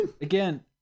Again